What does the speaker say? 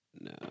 No